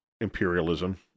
imperialism